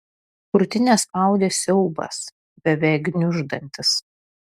krūtinę spaudė siaubas beveik gniuždantis